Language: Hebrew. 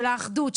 של האחדות,